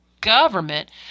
government